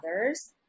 others